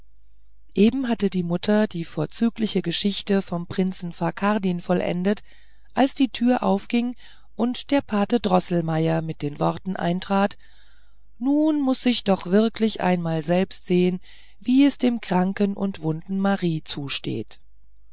eben hatte die mutter die vorzügliche geschichte vom prinzen fakardin vollendet als die türe aufging und der pate droßelmeier mit den worten hineintrat nun muß ich doch wirklich einmal selbst sehen wie es mit der kranken und wunden marie zusteht